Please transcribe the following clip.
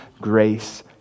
grace